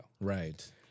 Right